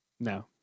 No